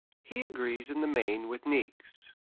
he agrees in the main with niecks,